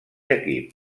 equip